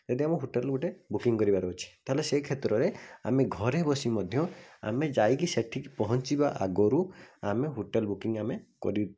ଯଦି ଆମେ ହୋଟେଲ୍ ଗୋଟେ ବୁକିଂ କରିବାର ଅଛି ତା'ହେଲେ ସେଇ କ୍ଷେତ୍ରରେ ଆମେ ଘରେ ବସି ମଧ୍ୟ ଆମେ ଯାଇକି ସେଇଠିକୁ ପହଞ୍ଚିବା ଆଗରୁ ଆମେ ହୋଟେଲ୍ ବୁକିଂ ଆମେ କରି